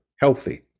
healthy